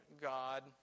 God